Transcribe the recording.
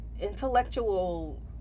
intellectual